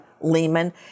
Lehman